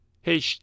hey